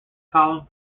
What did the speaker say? column